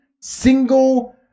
single